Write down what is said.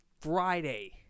Friday